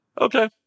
Okay